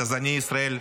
אז אני ישראל השלישית,